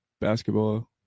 basketball